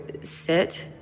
sit